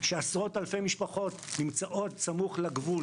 שעשרות אלפי משפחות נמצאות סמוך לגבול,